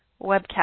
webcast